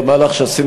לדיון מוקדם בוועדת